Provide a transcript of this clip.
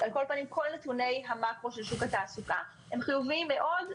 כל נתוני המקרו של שוק התעסוקה חיוביים מאוד,